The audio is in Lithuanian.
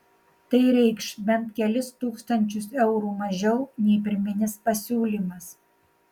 tai reikš bent kelis tūkstančius eurų mažiau nei pirminis pasiūlymas